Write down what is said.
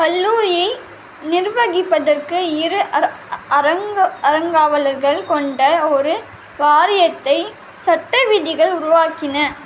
கல்லூரியை நிர்வகிப்பற்கு இரு அ அறங்க அறங்காவலர்கள் கொண்ட ஒரு வாரியத்தை சட்டவிதிகள் உருவாக்கின